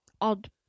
odd